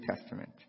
Testament